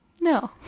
No